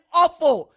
awful